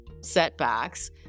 setbacks